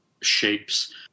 shapes